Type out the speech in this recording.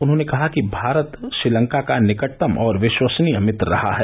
उन्होंने कहा कि भारत श्रीलंका का निकटतम और विश्वसनीय मित्र रहा है